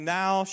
now